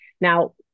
now